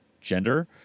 gender